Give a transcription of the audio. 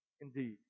indeed